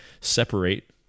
separate